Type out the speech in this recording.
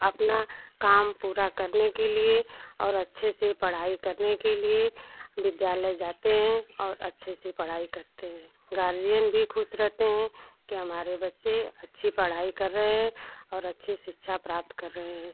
अपना काम पूरा करने के लिए और अच्छे से पढ़ाई करने के लिए विद्यालय जाते हैं और अच्छे से पढ़ाई करते हैं गार्जियन भी खुश रहते हैं कि हमारे बच्चे अच्छी पढ़ाई कर रहे हैं और अच्छी शिक्षा प्राप्त कर रहे हैं